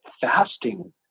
fasting